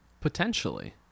Potentially